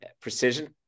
precision